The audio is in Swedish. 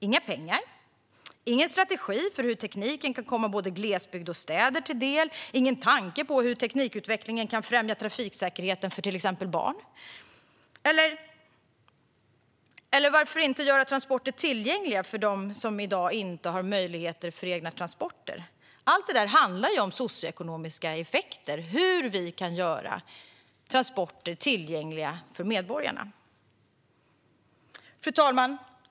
Inga pengar, ingen strategi för hur tekniken kan komma både glesbygd och städer till del, ingen tanke på hur teknikutvecklingen kan främja trafiksäkerheten för till exempel barn. Varför inte göra transporter tillgängliga för dem som i dag inte har möjlighet till egna transporter? Allt detta handlar ju om socioekonomiska effekter - hur vi kan göra transporter tillgängliga för medborgarna. Fru talman!